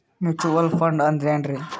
Mutual fund ಅಂದ್ರೆನ್ರಿ?